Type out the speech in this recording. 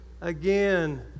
again